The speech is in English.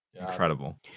Incredible